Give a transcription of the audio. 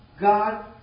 God